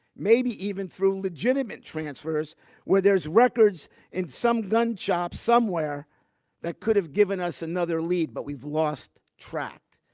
maybe even through legitimate transfers where there's records in some gun shop somewhere that could have given us another lead, but we've lost track.